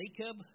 Jacob